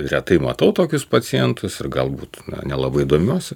retai matau tokius pacientus ir galbūt na nelabai įdomiuosi